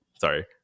sorry